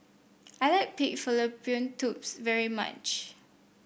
I like Pig Fallopian Tubes very much